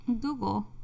Google